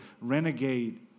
renegade